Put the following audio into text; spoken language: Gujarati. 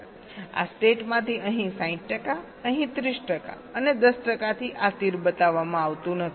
આ સ્ટેટમાંથી અહીં 60 ટકા અહીં 30 ટકા અને 10 ટકાથી આ તીર બતાવવામાં આવતું નથી